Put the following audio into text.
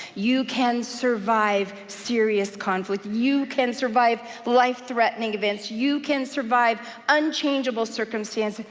you can survive serious conflict. you can survive life threatening events. you can survive unchangeable circumstance.